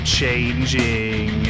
changing